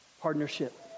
partnership